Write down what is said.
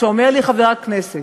כשאומר לי חבר הכנסת,